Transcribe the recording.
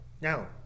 Now